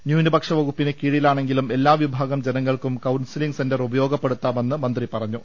ന്യൂനപക്ഷ വകുപ്പിന് കീഴിലാണെങ്കിലും എല്ലാ വിഭാഗം ജനങ്ങൾക്കും കൌൺസിലിംഗ് സെന്റർ ഉപയോഗപ്പെടുത്താമെന്ന് മന്ത്രി പറഞ്ഞു